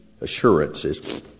assurances